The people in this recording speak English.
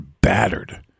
battered